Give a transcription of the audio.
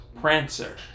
Prancer